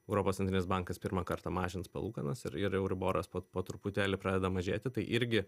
europos centrinis bankas pirmą kartą mažins palūkanas ir euriboras po po truputėlį pradeda mažėti tai irgi